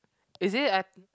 is it at